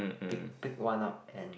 pick pick one up and